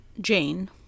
Jane